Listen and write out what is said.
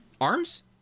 Arms